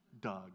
Doug